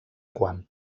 quan